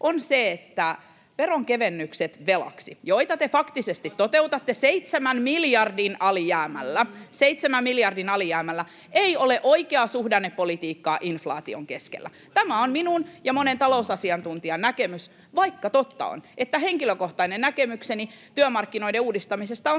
[Kai Mykkäsen välihuuto] seitsemän miljardin alijäämällä, ei ole oikeaa suhdannepolitiikkaa inflaation keskellä. Tämä on minun ja monen talousasiantuntijan näkemys. Vaikka totta on, että henkilökohtainen näkemykseni työmarkkinoiden uudistamisesta on